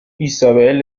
isabel